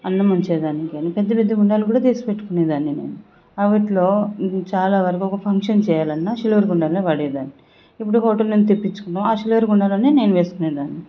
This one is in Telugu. అన్నం వంచేదాని కానీ పెద్దపెద్ద గుండాలు కూడా చేసి పెట్టుకునే దాన్ని నేను వాటిల్లో ఇవి చాలా వరకు ఒక ఫంక్షన్ చేయాలన్నా సిల్వర్ గుండాలనే వాడేదాన్ని ఇప్పుడు హోటల్ నుంచి తెప్పించుకున్నా ఆ సిల్వర్ గుండాలోనే నేను వేసుకునేదాన్ని